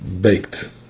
baked